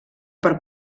per